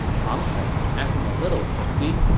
pang tong, acting a little tipsy,